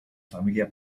familia